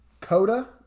Coda